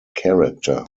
character